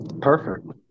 Perfect